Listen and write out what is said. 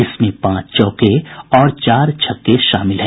इसमें पांच चौके और चार छक्के शामिल हैं